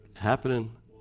happening